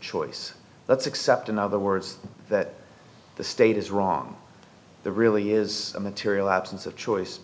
choice let's accept in other words that the state is wrong there really is a material absence of choice